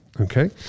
Okay